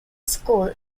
school